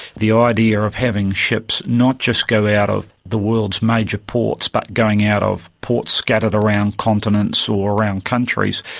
the idea of having ships not just go out of the world's major ports, but going out of ports scattered around continents or around countries,